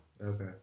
Okay